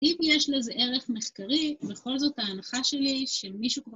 אם יש לזה ערך מחקרי, בכל זאת ההנחה שלי שמישהו כבר...